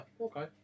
okay